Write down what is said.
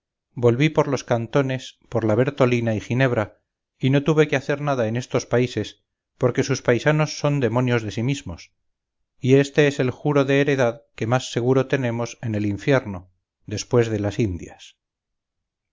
volví por los cantones por la bertolina y ginebra y no tuve que hacer nada en estos países porque sus paisanos son demonios de sí mismos y éste es el juro de heredad que más seguro tenemos en el infierno después de las indias